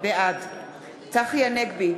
בעד צחי הנגבי,